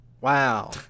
Wow